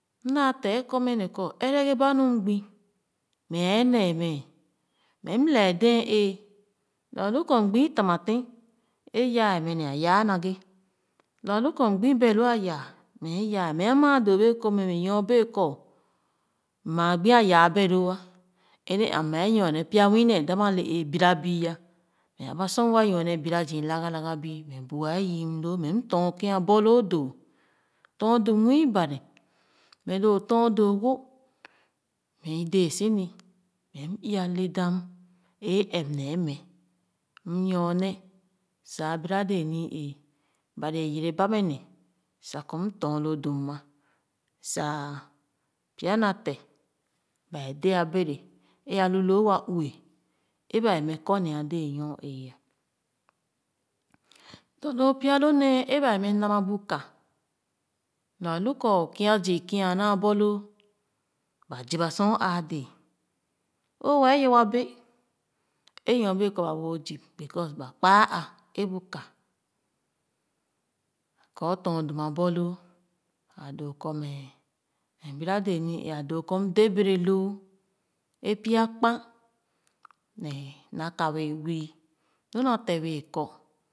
M naa te ē kɔ mɛ ne kɔ ɛrɛ ba nu m gbi mɛ ɛɛ nee mɛ. Mɛ m lee dee ēēh lo alu kɔ m gbi itamatén a yaa mɛ nee a yaa na-ghe lo alu kɔ m gbi beloo ayaa mɛ ayaa mɛ maa doo bee kɔ mɛ nyorbee kɔ maa gbi a yaa beloo. Ɛrɛ am mɛ nyorne pya nwii nee dam ale eeh bira bii mɛ aba sor m wa nyorne bira zii laga laga bii mɛ bu aa yii mɛ loo mɛ tɔn ken a borloo doo tɔn chim nwii bari mɛ loo tɔn doo no bii deesi ni mɛ m iya le dam ē ɛp nee mɛ m nyorne sa abira dee mi ee bari ē yere ba mɛ ne sa kɔ m dɔn lo dum ma sa pya na te bea dē ah bere é alu loo wa ue ē ba wɛɛ ne kɔme d dee nyor ee doo doo pya lo nee ē ba wɛɛ nama bu ka lo alu kɔ o kià zii kia a naa borloo ba ziba sor o āā dee o wɛɛ nyor wa bee é nyor bee kɔ ba bee a zib because ba kpa a é bu ka kɔ o tɔn dun a borloo a doo kɔ mɛ mɛ bira dee ni-ee a doo kɔ m dē bereloo ē pya kpah ne na ka bee wii lo nate bee kɔ.